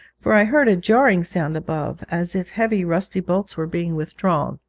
for i heard a jarring sound above, as if heavy rusty bolts were being withdrawn.